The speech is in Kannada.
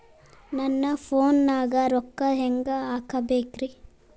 ನನ್ನ ಫೋನ್ ನಾಗ ರೊಕ್ಕ ಹೆಂಗ ಹಾಕ ಬೇಕ್ರಿ?